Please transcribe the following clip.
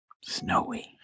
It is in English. Snowy